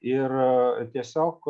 ir tiesiog